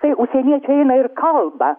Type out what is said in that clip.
tai užsieniečiai eina ir kalba